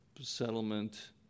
settlement